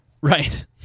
Right